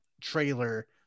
trailer